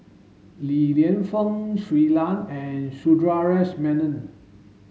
Li Lienfung Shui Lan and Sundaresh Menon